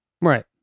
Right